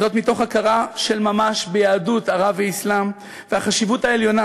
זאת מתוך הכרה של ממש ביהדות ערב ואסלאם והחשיבות העליונה